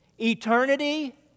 eternity